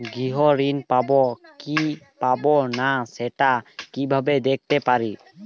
গৃহ ঋণ পাবো কি পাবো না সেটা কিভাবে দেখতে পারি?